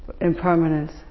impermanence